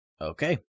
Okay